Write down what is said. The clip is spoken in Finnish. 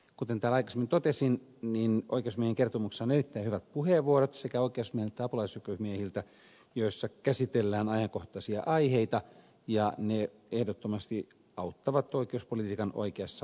kuten täällä aikaisemmin totesin oikeusasiamiehen kertomuksessa on erittäin hyvät puheenvuorot sekä oikeusasiamieheltä et tä apulaisoikeusasiamiehiltä joissa käsitellään ajankohtaisia aiheita ja ne ehdottomasti auttavat oikeuspolitiikan oikeassa ohjaamisessa